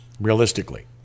realistically